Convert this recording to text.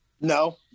No